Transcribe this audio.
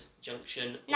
Junction